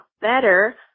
better